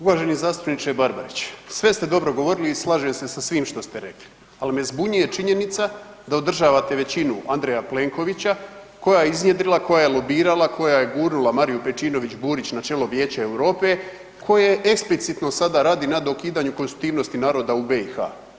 Uvaženi zastupniče Barbarić, sve ste dobro govorili i slažem se sa svim što ste rekli, al me zbunjuje činjenica da održavate većinu Andreja Plenkovića koja je iznjedrila, koja je lobirala, koja je gurnula Mariju Pejčinović Burić na čelo Vijeća Europe, koja eksplicitno sada radi na ukidanju konstitutivnosti naroda u BiH.